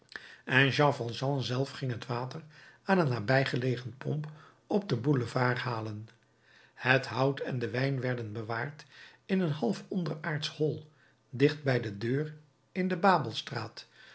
jean valjean zelf ging het water aan een nabijgelegen pomp op den boulevard halen het hout en de wijn werden bewaard in een half onderaardsch hol dicht bij de deur in de babelstraat